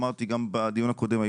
אמרתי גם בדיון הקודם,